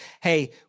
hey